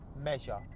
measure